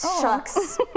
Shucks